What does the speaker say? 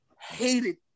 hated